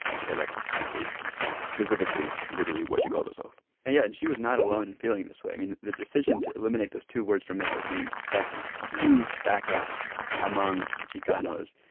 chicanx, is specifically literally what she calls herself and yeah. and she was not alone in feeling this way. i mean, the decision to eliminate those two words from m e ch a s name sparked this huge backlash among chicanos.